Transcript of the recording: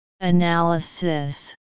Analysis